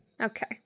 Okay